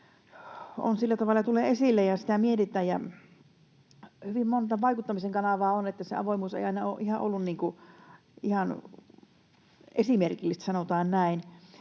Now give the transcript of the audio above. sillä tavalla tulee esille ja sitä mietitään. Kun hyvin monta vaikuttamisen kanavaa on, se avoimuus ei aina ole ollut ihan esimerkillistä, sanotaan näin.